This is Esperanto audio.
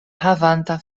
havanta